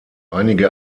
einige